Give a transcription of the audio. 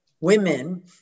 women